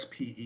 SPE